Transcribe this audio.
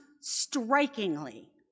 strikingly